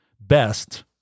Best